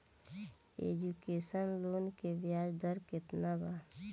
Education loan के ब्याज दर केतना बा?